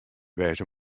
wêze